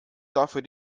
dafür